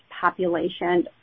population